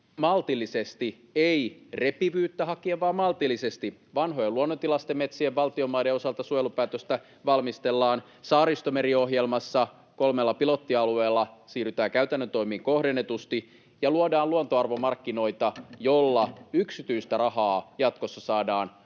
maltillisesti — ei repivyyttä hakien, vaan maltillisesti. Vanhojen luonnontilaisten metsien suojelupäätöstä valtionmaiden osalta valmistellaan. Saaristomeri-ohjelmassa kolmella pilottialueella siirrytään käytännön toimiin kohdennetusti ja luodaan luontoarvomarkkinoita, joilla yksityistä rahaa jatkossa saadaan